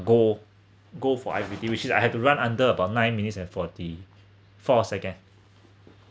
gold gold for I_P_T which is I had to run under about nine minutes and forty four second